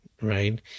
right